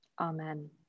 Amen